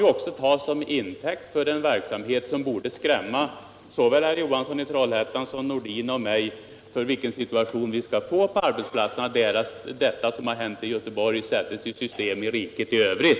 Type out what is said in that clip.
Det kan ju tas som intäkt för en verksamhet som borde skrämma såväl herr Johansson i Trollhättan som herr Nordin och mig när det gäller den situation vi skall få på arbetsplatserna, därest det som hänt i Göteborg sätts i system i riket i övrigt.